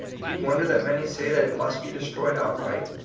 do you wonder that many say that it must be destroyed outright?